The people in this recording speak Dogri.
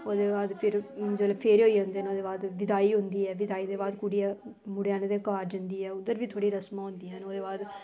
ओहदे बाद जिसलै फेरे होई जंदे न ओहदे बाद बिदाई लगी पौंदी ऐ कुड़ी आह्ले मुडे़ आह्ले दे घर जंदी ऐ उत्थै फिर थोह्ड़ी रस्मा होंदियां न